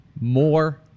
more